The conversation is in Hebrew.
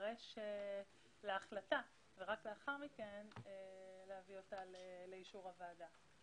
להידרש להחלטה ולהביא אותה לאישור הוועדה.